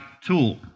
tool